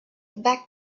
back